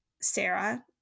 Sarah